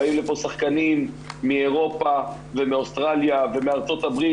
באים לפה שחקנים מאירופה ומאוסטרליה ומארה"ב,